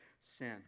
sin